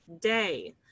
day